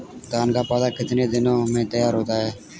धान का पौधा कितने दिनों में तैयार होता है?